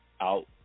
out